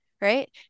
right